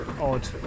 odd